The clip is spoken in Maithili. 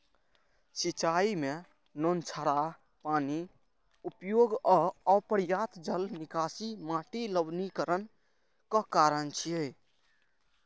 सिंचाइ मे नोनछराह पानिक उपयोग आ अपर्याप्त जल निकासी माटिक लवणीकरणक कारण छियै